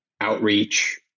outreach